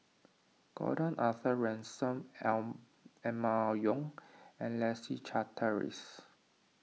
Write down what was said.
Gordon Arthur Ransome Emma Yong and Leslie Charteris